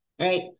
right